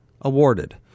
awarded